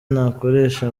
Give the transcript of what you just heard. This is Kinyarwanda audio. nakoresha